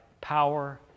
power